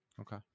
okay